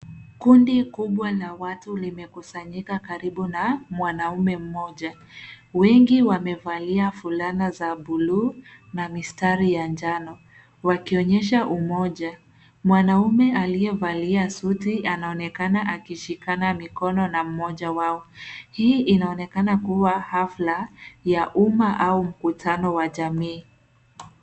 Kundi kubwa la watu limekusanyika karibu na mwanaume mmoja. Wengi wamevalia fulana za buluu na mistari ya njano wakionyesha umoja. Mwanaume aliyevalia suti anaonekana akishikana mikono na mmoja wao, hii inaonekenana kuwa hafla ya umma ama mkutano wa jamii.